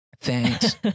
Thanks